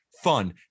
fun